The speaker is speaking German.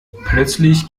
plötzlich